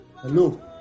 Hello